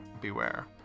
beware